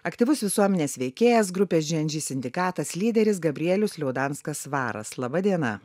aktyvus visuomenės veikėjas grupės džy en džy sindikatas lyderis gabrielius liaudanskas svaras laba diena